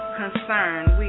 concerned